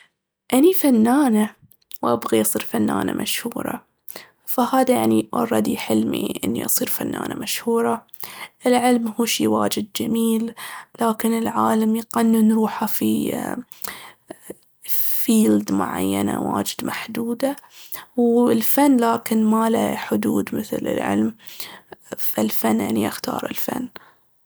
أني فنانة وأبغي أصير فنانة مشهورة، فهذا أني أولردي حلمي إني أصير فنانة مشهورة. العلم هو شي وايد جميل، لكن العالم يقنن روحه في في- "فيلد" معينة واجد محدودة. والفن لكن ما له حدود مثل العلم، فالفن، أني أختار الفن